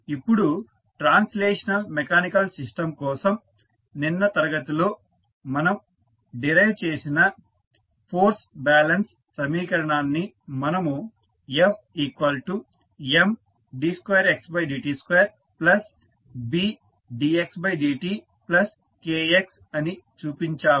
ఇప్పుడు translational mechanical system కోసం నిన్న తరగతిలో మనం డిరైవ్ చేసిన ఫోర్స్ బ్యాలెన్స్ సమీకరణాన్ని మనము F Md2xdt2 Bdxdt Kx అని చూపించాము